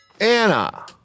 Anna